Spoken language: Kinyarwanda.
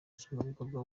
nshingwabikorwa